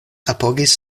apogis